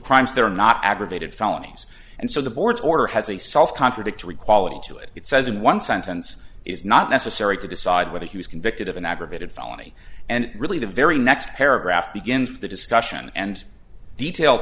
crimes they're not aggravated felony and so the board's order has a self contradictory quality to it it says in one sentence is not necessary to decide whether he was convicted of an aggravated felony and really the very next paragraph begins the discussion and detail